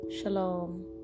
shalom